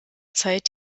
zeit